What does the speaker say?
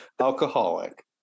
alcoholic